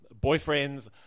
boyfriend's